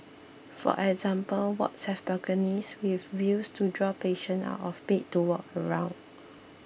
for example wards have balconies with views to draw patients out of bed to walk around